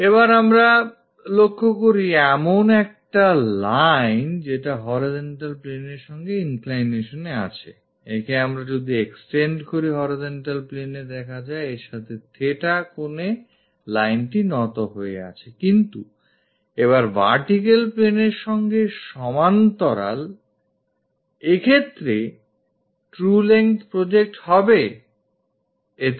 এবার আমরা লক্ষ্য করি এমন একটা line যেটা horizontal planeএর সঙ্গে inclination এ আছেI একে আমরা যদি extend করি horizontal plane এ দেখা যায় এর সাথে theta কোনে lineটি নত হয়ে আছেI কিন্তু এবার vertical plane এর সঙ্গে সমান তরাল এক্ষেত্রে true length project হবে প্রিয়তে